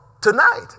tonight